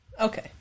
Okay